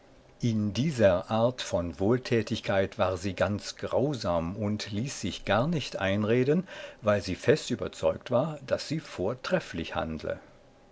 in dieser art von wohltätigkeit war sie ganz grausam und ließ sich gar nicht einreden weil sie fest überzeugt war daß sie vortrefflich handle